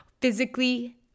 physically